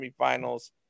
semifinals